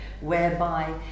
whereby